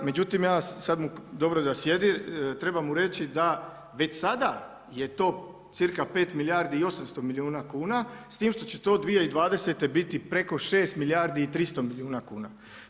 Međutim ja sad mu, dobro da sjedi, treba mu reći da već sada je to cirka pet milijardi i osamsto milijuna kuna s tim što će to 2020. biti preko 6 milijardi i 300 milijuna kuna.